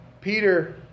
Peter